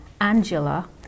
Angela